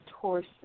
torso